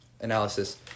analysis